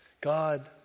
God